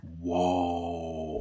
Whoa